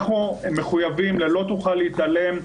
אנחנו מחויבים ל"לא תוכל להתעלם,